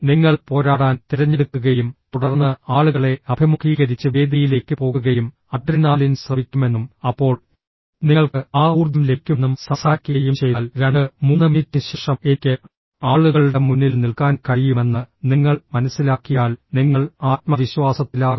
നിങ്ങൾ പോരാടാൻ തിരഞ്ഞെടുക്കുകയും തുടർന്ന് ആളുകളെ അഭിമുഖീകരിച്ച് വേദിയിലേക്ക് പോകുകയും അഡ്രിനാലിൻ സ്രവിക്കുമെന്നും അപ്പോൾ നിങ്ങൾക്ക് ആ ഊർജ്ജം ലഭിക്കുമെന്നും സംസാരിക്കുകയും ചെയ്താൽ 23 മിനിറ്റിനുശേഷം എനിക്ക് ആളുകളുടെ മുന്നിൽ നിൽക്കാൻ കഴിയുമെന്ന് നിങ്ങൾ മനസ്സിലാക്കിയാൽ നിങ്ങൾ ആത്മവിശ്വാസത്തിലാകും